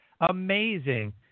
amazing